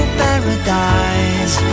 paradise